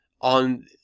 on